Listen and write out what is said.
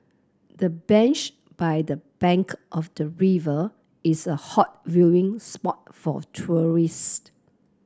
the bench by the bank of the river is a hot viewing spot for tourist